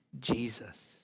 Jesus